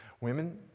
women